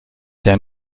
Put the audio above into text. der